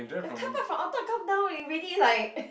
your car park from on top come down ready like